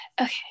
Okay